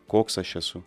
koks aš esu